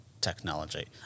technology